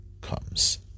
comes